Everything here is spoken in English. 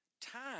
Time